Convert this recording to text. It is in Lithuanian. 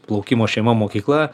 plaukimo šeima mokykla